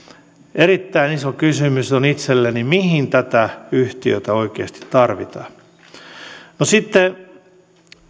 erittäin iso kysymys on itselleni mihin tätä yhtiötä oikeasti tarvitaan sitten